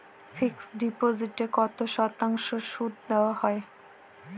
Fixed ডিপোজিটে কত শতাংশ সুদ দেওয়া হয়?